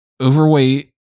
overweight